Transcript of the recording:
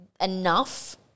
enough